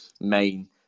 main